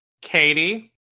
Katie